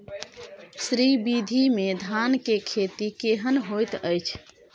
श्री विधी में धान के खेती केहन होयत अछि?